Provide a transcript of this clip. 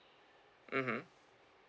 mmhmm